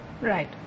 Right